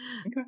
Okay